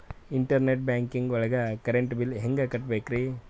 Internet banking ಒಳಗ್ current bill ಹೆಂಗ್ ಕಟ್ಟ್ ಬೇಕ್ರಿ?